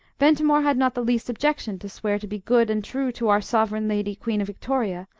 ventimore had not the least objection to swear to be good and true to our sovereign lady queen victoria,